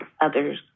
others